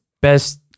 best